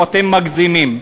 ואתם מגזימים.